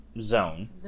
zone